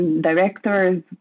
directors